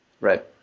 Right